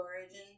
origin